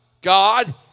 God